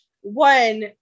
one